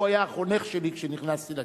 הוא היה החונך שלי כשנכנסתי לכנסת.